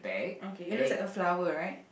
okay it looks like a flower right